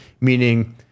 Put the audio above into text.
meaning